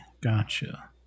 Gotcha